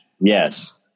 Yes